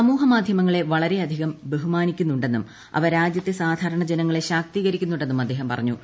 സമൂഹമാധ്യമങ്ങളെ വളരെയധികം ബഹുമാനിക്കുന്നുണ്ടെന്നും അവ രാജ്യത്തെ സാധാരണ ജനങ്ങളെ ശാക്തീകരിക്കുന്നുണ്ടെന്നും അദ്ദേഹം പറഞ്ഞു